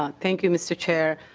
um thank you mr. chair.